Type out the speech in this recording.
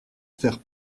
faire